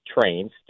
trains